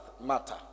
matter